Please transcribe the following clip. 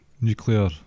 nuclear